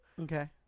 Okay